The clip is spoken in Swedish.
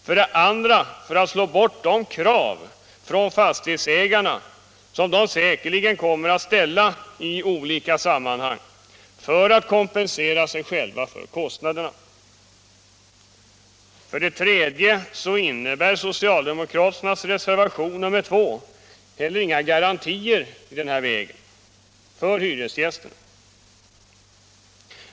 För det andra för att slå bort de krav från fastighetsägarna som dessa säkerligen kommer att ställa i olika sammanhang i syfte att kompensera sig själva för kostnaderna. För det tredje för att socialdemokraternas reservation nr 2 inte innebär några garantier i den vägen för hyresgästerna.